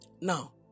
now